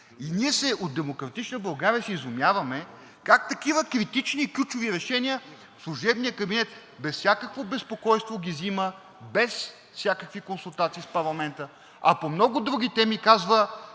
И ние от „Демократична България“ се изумяваме как такива критични ключови решения служебният кабинет без всякакво безпокойство ги взима, без всякакви консултации в парламента, а по много други теми казва: